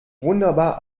wunderbar